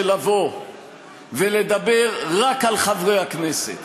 שלבוא ולדבר רק על חברי הכנסת